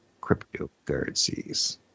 cryptocurrencies